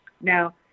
Now